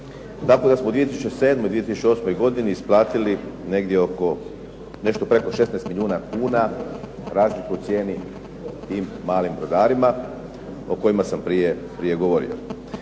Tako da smo u 2007., 2008. godini isplatili negdje preko 16 milijuna kuna razliku u cijeni tim malim brodarima o kojima sam malo prije govorio.